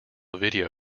video